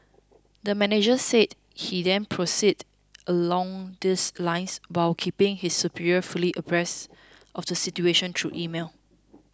the manager said he then proceeded along these lines while keeping his superiors fully abreast of the situation through email